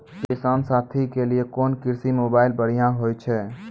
किसान साथी के लिए कोन कृषि मोबाइल बढ़िया होय छै?